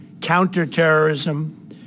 counterterrorism